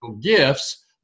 gifts